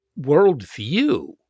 worldview